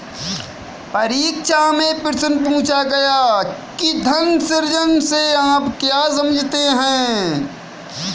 परीक्षा में प्रश्न पूछा गया कि धन सृजन से आप क्या समझते हैं?